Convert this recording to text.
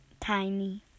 Tiny